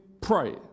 pray